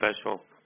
special